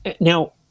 Now